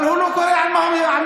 אבל הוא לא קורא על מה הוא משיב.